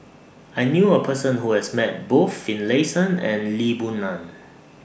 I knew A Person Who has Met Both Finlayson and Lee Boon Ngan